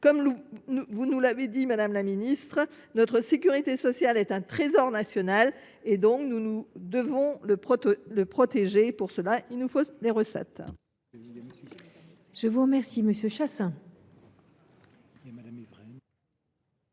entreprises. Vous l’avez dit, madame la ministre, notre sécurité sociale est un trésor national que nous devons protéger. Pour cela, il nous faut des recettes